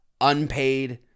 unpaid